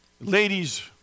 ladies